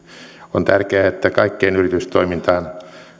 on tärkeää että kaikkeen yritystoimintaan